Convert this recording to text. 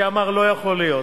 שאמר: לא יכול להיות.